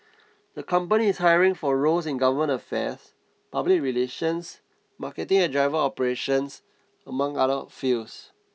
the company is hiring for roles in government affairs public relations marketing and driver operations among other fields